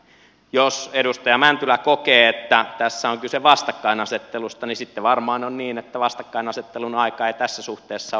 jos edustaja mäntylä kokee että tässä on kyse vastakkainasettelusta niin sitten varmaan on niin että vastakkainasettelun aika ei tässä suhteessa ole ohi